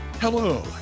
hello